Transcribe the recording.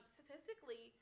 Statistically